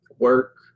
work